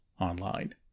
online